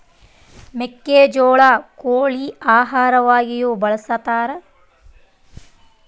ಮೆಕ್ಕೆಜೋಳ ಕೋಳಿ ಆಹಾರವಾಗಿಯೂ ಬಳಸತಾರ